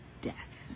death